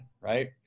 right